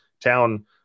town